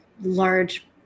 large